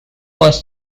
was